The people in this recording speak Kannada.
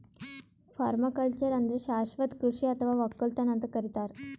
ಪರ್ಮಾಕಲ್ಚರ್ ಅಂದ್ರ ಶಾಶ್ವತ್ ಕೃಷಿ ಅಥವಾ ವಕ್ಕಲತನ್ ಅಂತ್ ಕರಿತಾರ್